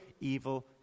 evil